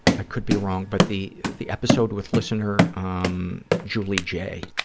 i could be wrong, but the the episode with listener um julie j.